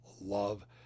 love